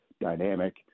dynamic